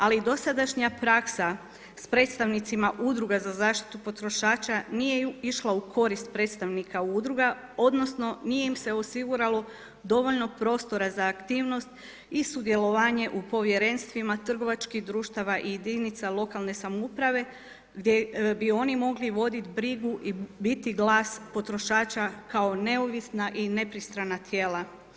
Ali dosadašnja praksa s predstavnicima udruge za zaštitu potrošača, nije ju išla u korist predstavnika udruga odnosno, nije im se osiguralo dovoljno prostora za aktivnost i sudjelovanje u povjerenstvima, trgovačkim društvima i jedinice lokalne samouprave, gdje bi oni mogli voditi brigu i biti glas potrošača kao neovisna i nepristrana tijela.